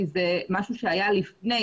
כי זה משהו שהיה לפני,